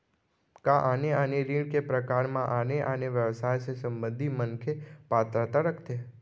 का आने आने ऋण के प्रकार म आने आने व्यवसाय से संबंधित मनखे पात्रता रखथे?